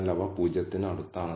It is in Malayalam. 18 മടങ്ങ് അതാണ് 4